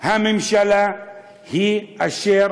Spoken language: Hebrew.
הממשלה היא אשר